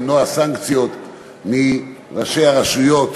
למנוע סנקציות מראשי הרשויות